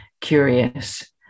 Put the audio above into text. curious